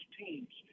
teams